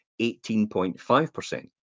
18.5%